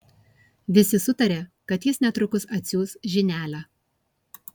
visi sutarė kad jis netrukus atsiųs žinelę